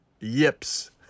yips